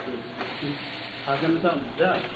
ए तिन छजना चाहिँ आउनुहुन्छ